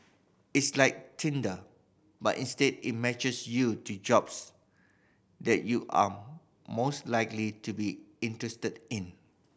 it's like Tinder but instead it matches you to jobs that you are most likely to be interested in